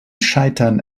scheitern